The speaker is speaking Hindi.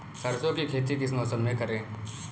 सरसों की खेती किस मौसम में करें?